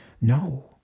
no